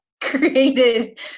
created